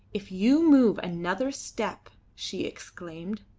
if you move another step, she exclaimed,